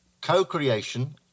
co-creation